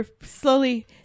slowly